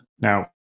Now